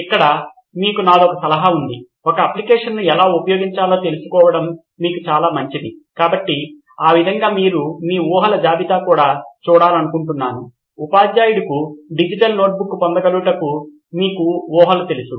ఇక్కడ మీకు నాదొక సలహా ఉంది ఒక అప్లికేషన్ ను ఎలా ఉపయోగించాలో తెలుసుకోవడం మీకు చాలా మంచిది కాబట్టి ఆ విధంగా మీరు మీ ఊహల జాబితా కూడా చూడాలనుకుంటున్నాను ఉపాధ్యాయుడుకు డిజిటల్ నోట్బుక్ పొందగలుగుటకు మీకు ఊహలు తెలుసు